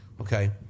Okay